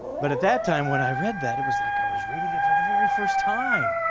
but at that time when i read that it was like i was reading it for the very first time.